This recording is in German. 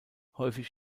häufig